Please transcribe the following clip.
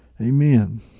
Amen